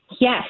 Yes